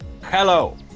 Hello